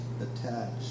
attached